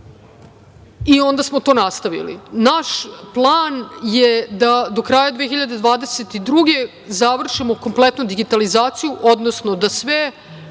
i onda smo to nastavili. Naš plan je da do kraja 2022. godine završimo kompletno digitalizaciju, odnosno da sve